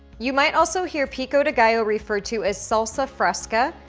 you might also hear pico de gallo referred to as salsa fresca,